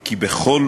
כי בכל